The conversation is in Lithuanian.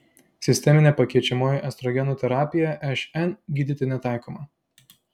sisteminė pakeičiamoji estrogenų terapija šn gydyti netaikoma